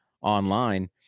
online